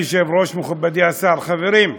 אדוני היושב-ראש, מכובדי השר, חברים,